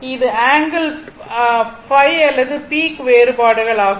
இது ஆங்கிள் π அல்லது பீக் வேறுபாடுகள் ஆகும்